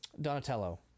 Donatello